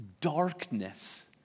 darkness